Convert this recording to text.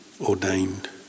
ordained